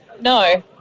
No